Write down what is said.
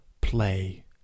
play